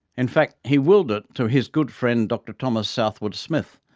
in fact, he willed it to his good friend dr thomas southwood smith,